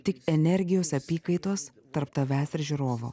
tik energijos apykaitos tarp tavęs ir žiūrovo